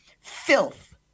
filth